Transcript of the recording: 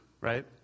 Right